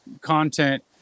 content